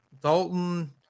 Dalton